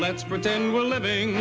let's pretend we're living